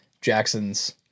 Jackson's